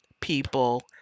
people